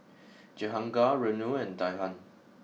Jehangirr Renu and Dhyan